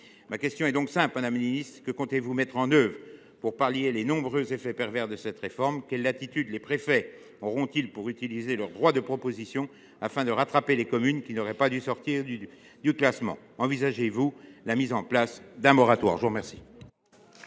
Ma question est donc simple : que comptez vous mettre en œuvre pour pallier les nombreux effets pervers de cette réforme ? Quelle latitude les préfets auront ils pour utiliser leur droit de proposition afin de « rattraper » les communes qui n’auraient pas dû sortir du classement ? Envisagez vous la mise en place d’un moratoire ? La parole